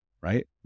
right